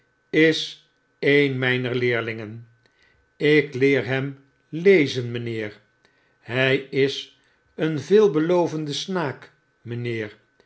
is een myner leerlingen ik leer hem lezen mynheer hy is een veelbelovende snaak mynheer